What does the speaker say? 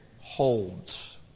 holds